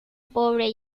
pobre